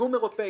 פיגום אירופי